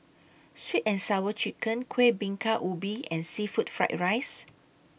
Sweet and Sour Chicken Kuih Bingka Ubi and Seafood Fried Rice